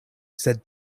sed